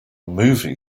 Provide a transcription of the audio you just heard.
movie